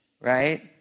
right